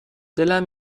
دلم